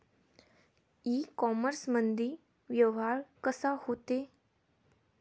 इ कामर्समंदी व्यवहार कसा होते?